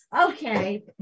okay